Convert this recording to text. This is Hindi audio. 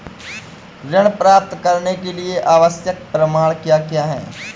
ऋण प्राप्त करने के लिए आवश्यक प्रमाण क्या क्या हैं?